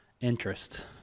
interest